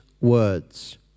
words